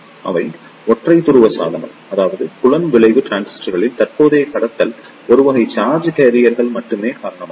அவை ஒற்றை துருவ சாதனம் அதாவது புலம் விளைவு டிரான்சிஸ்டரில் தற்போதைய கடத்துதல் ஒரு வகை சார்ஜ் கேரியர்கள் மட்டுமே காரணமாகும்